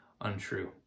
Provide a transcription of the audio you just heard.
untrue